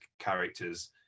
characters